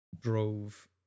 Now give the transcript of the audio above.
drove